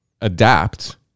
adapt